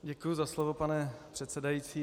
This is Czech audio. Děkuji za slovo, pane předsedající.